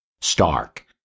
stark